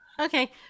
Okay